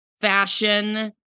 Fashion